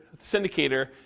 syndicator